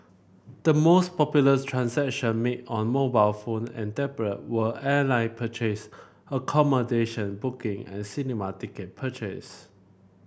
the most popular transaction made on mobile phone and tablet were airline purchase accommodation booking and cinema ticket purchases